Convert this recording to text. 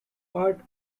part